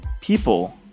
people